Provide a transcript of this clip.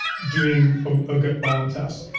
doing a ah gut biome test,